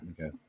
Okay